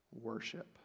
worship